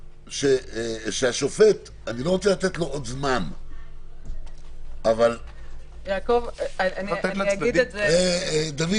אני לא רוצה לתת לו עוד זמן אבל האם ניתן לעשות עוד